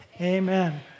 Amen